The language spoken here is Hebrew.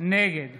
נגד